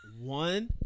one